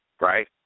right